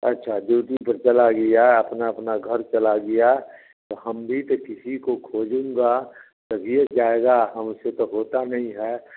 अच्छा जो भी चला गया अपना अपना घर चला गया तो हम भी तो किसी को खोजूँगा तब यह जाएगा हमसे तो होता नहीं है